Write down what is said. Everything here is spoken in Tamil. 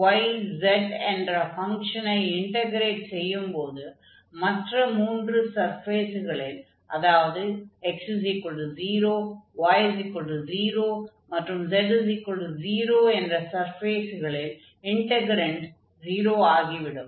x y z என்ற ஃபங்ஷனை இன்டக்ரேட் செய்யும்போது மற்ற மூன்று சர்ஃபேஸ்களில் அதாவது x0 y0 மற்றும் z0 என்ற சர்ஃபேஸ்களில் இன்டக்ரென்ட் 0 ஆகி விடும்